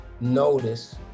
notice